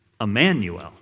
Emmanuel